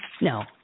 no